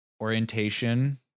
Orientation